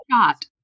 shot